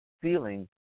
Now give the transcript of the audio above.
feeling